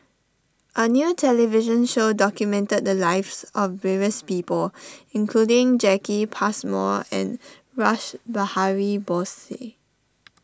a new television show documented the lives of various people including Jacki Passmore and Rash Behari Bose